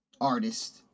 artist